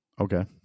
Okay